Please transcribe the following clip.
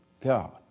God